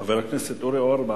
חבר הכנסת אורי אורבך,